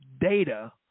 data